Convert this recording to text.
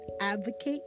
advocate